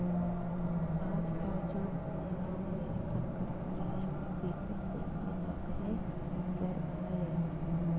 आज कर जुग में लोग लरिका कर पढ़ई में बिकट पइसा लगाए बर अहे